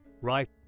right